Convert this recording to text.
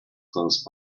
close